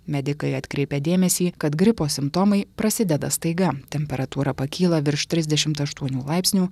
medikai atkreipia dėmesį kad gripo simptomai prasideda staiga temperatūra pakyla virš trisdešimt aštuonių laipsnių